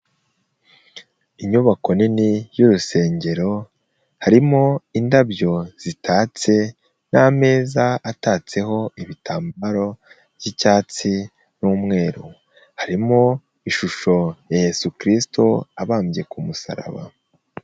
Inyubako nini y'urusengero, harimo indabyo zitatse n'ameza atatseho ibitambaro by'icyatsi n'umweru, harimo ishusho Yesu kristo abambye ku musaraba.